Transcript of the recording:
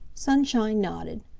sunshine nodded.